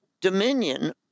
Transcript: dominion